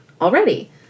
already